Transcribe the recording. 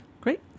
Great